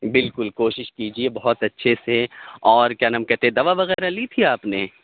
بالکل کوشش کیجیے بہت اچھے سے اور کیا نام کہتے دوا وغیرہ لی تھی آپ نے